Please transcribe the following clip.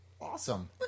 awesome